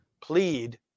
Plead